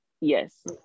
Yes